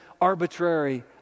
arbitrary